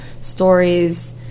stories